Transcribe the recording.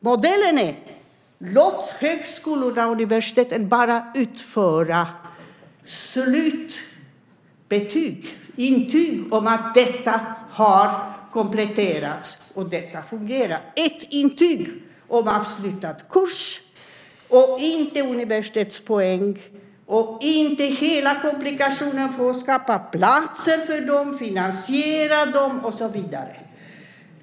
Modellen är att låta högskolorna och universiteten bara utfärda slutintyg om att detta har kompletterats och fungerar, ett intyg om avslutad kurs - inte universitetspoäng, inte hela komplikationen med att skapa platser, finansiera dessa och så vidare.